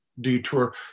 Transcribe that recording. detour